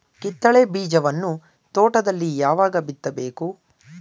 ಕಿತ್ತಳೆ ಬೀಜವನ್ನು ತೋಟದಲ್ಲಿ ಯಾವಾಗ ಬಿತ್ತಬೇಕು?